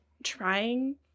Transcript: trying